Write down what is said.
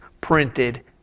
printed